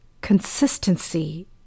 consistency